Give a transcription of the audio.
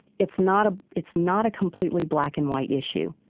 it's not ah it's not a completely black and white issue